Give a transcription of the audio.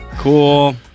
cool